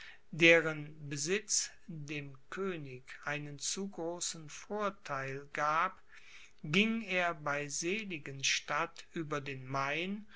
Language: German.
deren besitz dem könig einen zu großen vortheil gab ging er bei seligenstadt über den main